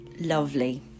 lovely